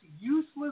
useless